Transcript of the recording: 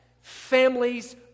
Families